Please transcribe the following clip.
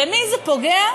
במי זה פוגע?